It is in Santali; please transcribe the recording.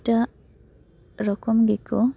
ᱮᱴᱟᱜ ᱨᱚᱠᱚᱢ ᱜᱮᱠᱚ